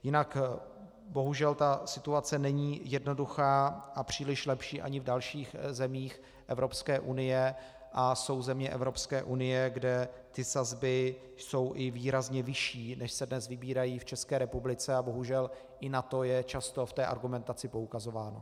Jinak bohužel ta situace není jednoduchá a příliš lepší ani v dalších zemích Evropské unie a jsou země Evropské unie, kde ty sazby jsou i výrazně vyšší, než se dnes vybírají v České republice, a bohužel i na to je často v té argumentaci poukazováno.